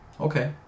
Okay